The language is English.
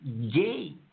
gay